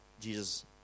Jesus